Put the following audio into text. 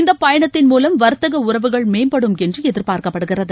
இந்த பயணத்தின் மூலம் வர்த்தக உறவுகள் மேம்படும் என்று எதிர்பார்க்கப்படுகிறது